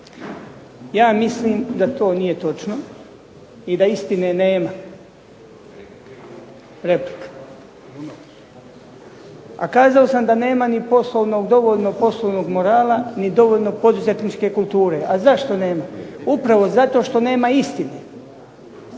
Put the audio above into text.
Ja mislim da to nije točno i da istine nema. Eto ga. A kazao sam da nema ni poslovnog, dovoljno poslovnog morala ni dovoljno poduzetničke kulture. A zašto nema? Upravo zato što nema istine.